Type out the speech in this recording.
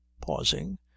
pausing